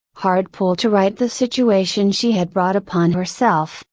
hard pull to right the situation she had brought upon herself,